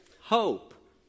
Hope